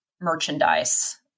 merchandise